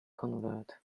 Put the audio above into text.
convert